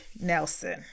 Nelson